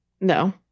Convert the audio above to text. No